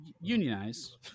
unionize